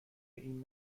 این